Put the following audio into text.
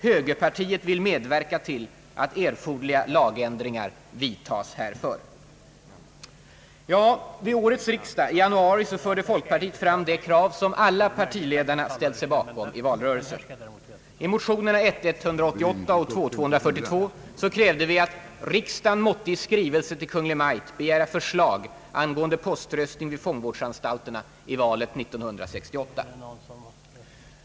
Högerpartiet vill medverka till att erforderliga lagändringar vidtas härför.» Vid årets riksdag i januari förde folkpartiet fram det krav som alla partiledarna ställt sig bakom i valrörelsen. I motionerna I: 188 och II: 242 krävde vi att »riksdagen måtte i skrivelse till Kungl. Maj:t begära förslag angående poströstning vid fångvårdsanstalterna i valet 1968».